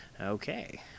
Okay